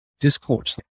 discourse